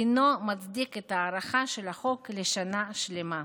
אינו מצדיק את ההארכה של החוק לשנה שלמה.